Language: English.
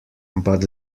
but